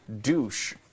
douche